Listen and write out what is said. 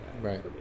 right